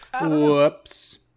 Whoops